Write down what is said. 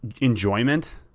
enjoyment